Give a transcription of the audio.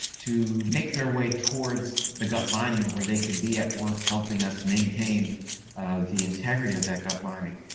to make their way towards the gut lining where they can be at work helping us maintain the integrity of that gut lining.